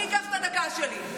אני אקח את הדקה שלי.